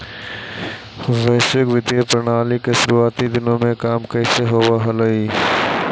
वैश्विक वित्तीय प्रणाली के शुरुआती दिनों में काम कैसे होवअ हलइ